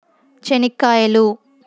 చెనిక్కాయలు